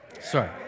Sorry